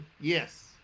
Yes